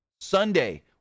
Sunday